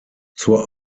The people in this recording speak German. zur